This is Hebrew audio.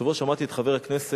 השבוע שמעתי את חבר הכנסת